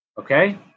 okay